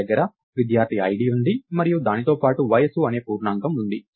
నా దగ్గర విద్యార్థి ఐడి ఉంది మరియు దానితో పాటు వయస్సు అనే పూర్ణాంకం ఉంది